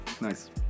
Nice